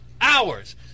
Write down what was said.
hours